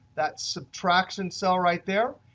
that subtraction cell right there,